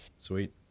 Sweet